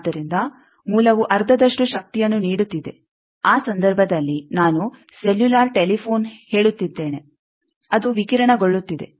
ಆದ್ದರಿಂದ ಮೂಲವು ಅರ್ಧದಷ್ಟು ಶಕ್ತಿಯನ್ನು ನೀಡುತ್ತಿದೆ ಆ ಸಂದರ್ಭದಲ್ಲಿ ನಾನು ಸೆಲ್ಯುಲಾರ್ ಟೆಲಿಫೋನ್ ಹೇಳುತ್ತಿದ್ದೇನೆ ಅದು ವಿಕಿರಣಗೊಳ್ಳುತ್ತಿದೆ